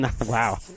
Wow